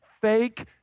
fake